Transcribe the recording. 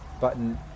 button